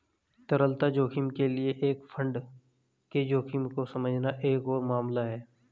तरलता जोखिम के लिए एक फंड के जोखिम को समझना एक और मामला है